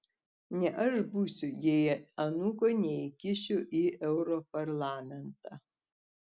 ne aš būsiu jei anūko neįkišiu į europarlamentą